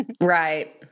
Right